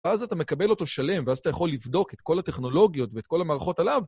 אז אתה מקבל אותו שלם ואז אתה יכול לבדוק את כל הטכנולוגיות ואת כל המהלכות עליו.